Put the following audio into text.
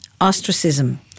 ostracism